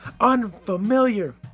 unfamiliar